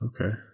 Okay